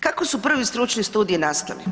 Kako su prvi stručni studiji nastali?